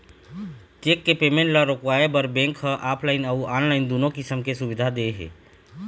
cheque के payment ल रोकवाए बर बेंक ह ऑफलाइन अउ ऑनलाईन दुनो किसम के सुबिधा दे हे